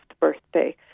birthday